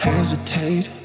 Hesitate